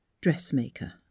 dressmaker